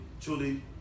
truly